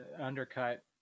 undercut